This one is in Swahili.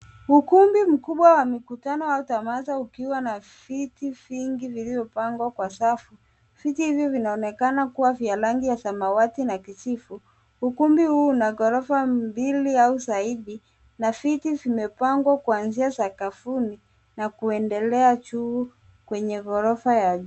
Ukumbi mkubwa wa mikutano au tamasha ukiwa na viti vingi viliopangwa kwa safu. Viti hivi vinaonekana kuwa vya rangi ya samawati na kijivu. Ukumbi huu una ghorofa mbili au zaidi na viti vimepangwa kuanzia sakafuni na kuendelea juu kwenye ghorofa ya